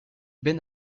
ben